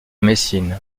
messine